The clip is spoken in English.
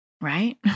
right